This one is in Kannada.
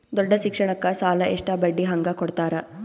ದೊಡ್ಡ ಶಿಕ್ಷಣಕ್ಕ ಸಾಲ ಎಷ್ಟ ಬಡ್ಡಿ ಹಂಗ ಕೊಡ್ತಾರ?